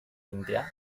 india